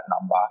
number